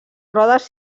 rodes